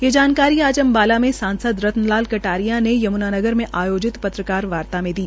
ये जानकारी आज अम्बाला के सांसद रत्न लाल कटारिया ने यम्नानगर में आयोजित पत्रकार वार्ता में दी